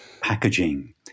packaging